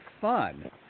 fun